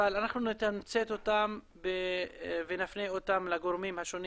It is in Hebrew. אבל אנחנו נתמצת אותם ונפנה אותם לגורמים השונים